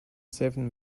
seven